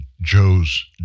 Joe's